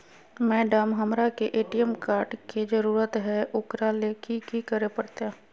Madam, हमरा के ATM card के जरूरत है ऊकरा ले की की करे परते?